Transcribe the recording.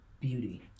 beauty